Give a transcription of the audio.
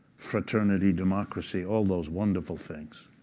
fraternity, democracy, all those wonderful things?